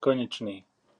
konečný